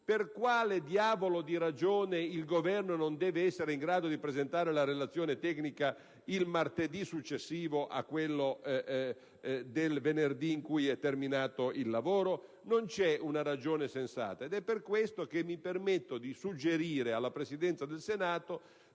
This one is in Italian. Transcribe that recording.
per quale ragione il Governo non deve essere in grado di presentare la relazione tecnica il martedì successivo al venerdì in cui è terminato il lavoro? Non c'è una ragione sensata. È per questo che mi permetto di suggerire alla Presidenza del Senato